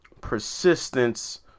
persistence